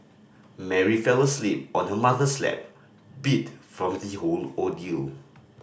Mary fell asleep on her mother's lap beat from the whole ordeal